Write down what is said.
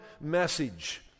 message